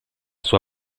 sua